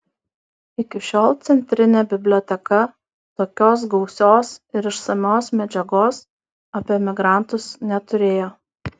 iki šiol centrinė biblioteka tokios gausios ir išsamios medžiagos apie emigrantus neturėjo